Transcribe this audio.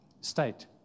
state